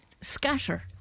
scatter